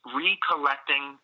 recollecting